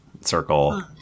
circle